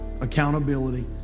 accountability